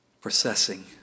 processing